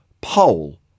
pole